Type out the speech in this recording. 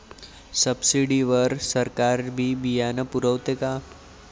Subsidy वर सरकार बी बियानं पुरवते का?